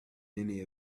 many